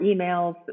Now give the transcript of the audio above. emails